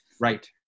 Right